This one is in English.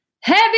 heavy